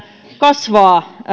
kasvaa